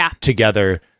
together